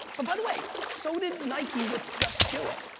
but by the way, so did nike with just do it,